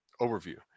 overview